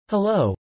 Hello